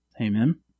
Amen